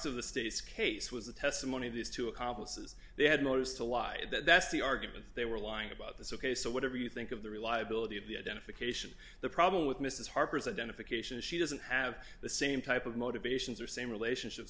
of the state's case was the testimony of these two accomplices they had motives to lie that's the argument they were lying about this ok so whatever you think of the reliability of the identification the problem with mrs harper's identification is she doesn't have the same type of motivations or same relationship